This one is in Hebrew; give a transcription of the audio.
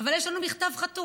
אבל יש לנו מכתב חתום.